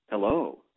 Hello